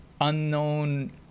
unknown